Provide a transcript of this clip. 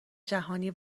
جهانی